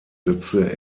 setzte